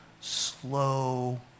Slow